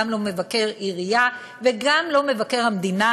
גם לא מבקר עירייה וגם לא מבקר המדינה,